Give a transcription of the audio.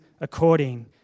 according